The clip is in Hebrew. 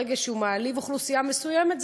ברגע שהוא מעליב אוכלוסייה מסוימת,